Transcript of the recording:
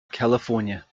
california